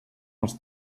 els